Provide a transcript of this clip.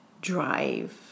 drive